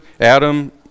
Adam